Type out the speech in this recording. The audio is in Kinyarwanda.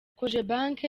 cogebanque